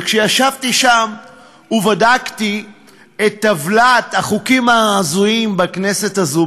וכשישבתי שם ובדקתי את טבלת החוקים ההזויים בכנסת הזאת,